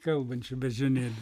kalbančių beždžionėlių